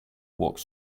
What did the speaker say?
walked